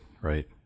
right